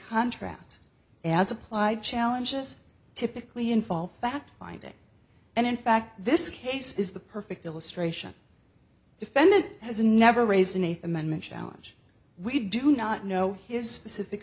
contrast as applied challenges typically involve fact finding and in fact this case is the perfect illustration defendant has never raised an eighth amendment challenge we do not know his specific